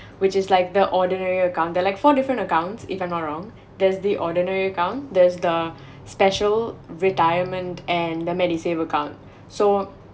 which is like the ordinary account there're like four different account if I'm not wrong there's the ordinary account there's the special retirement and the medisave account so